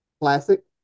classic